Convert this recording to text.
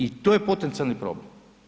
I to je potencijali problem.